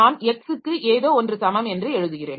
நான் x க்கு ஏதோ ஒன்று சமம் என்று எழுதுகிறேன்